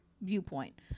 viewpoint